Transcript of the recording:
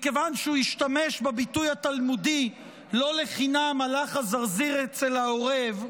מכיוון שהוא השתמש בביטוי התלמודי "לא לחינם הלך זרזיר אצל עורב",